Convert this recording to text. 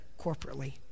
corporately